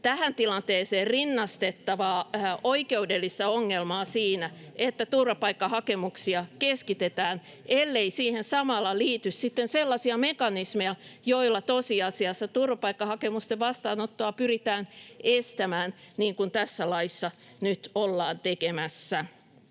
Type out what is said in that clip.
tähän tilanteeseen rinnastettavaa oikeudellista ongelmaa siinä, että turvapaikkahakemuksia keskitetään, ellei siihen samalla liity sitten sellaisia mekanismeja, joilla tosiasiassa turvapaikkahakemusten vastaanottoa pyritään estämään, niin kuin tässä laissa nyt ollaan tekemässä.